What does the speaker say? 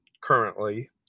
currently